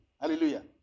hallelujah